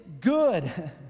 good